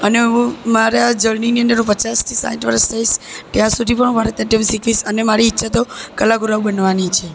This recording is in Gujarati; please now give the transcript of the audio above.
અને હું મારા જર્નીની અંદર હું પચાસથી સાઠ વરસ રઈશ ત્યાં સુધી પણ ભરત નાટ્યમ શીખીશ અને મારી ઈચ્છા તો કલાગુરુ બનવાની છે